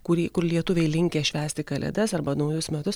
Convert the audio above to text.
kurį kur lietuviai linkę švęsti kalėdas arba naujus metus